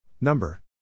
Number